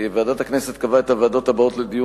ועדת הכנסת קבעה את הוועדות הבאות לדיון